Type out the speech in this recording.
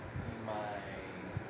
你买